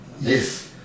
Yes